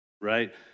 right